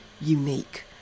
unique